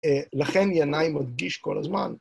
לכן ינאי מדגיש כל הזמן.